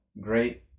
great